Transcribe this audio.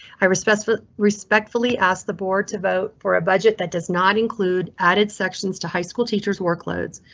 i respectfully respectfully asked the board to vote for a budget that does not include added sections to high school teachers workloads.